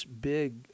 big